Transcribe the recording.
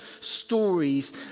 stories